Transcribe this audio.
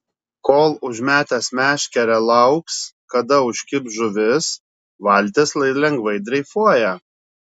kol užmetęs meškerę lauks kada užkibs žuvis valtis lai lengvai dreifuoja